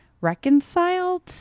reconciled